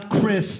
Chris